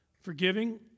forgiving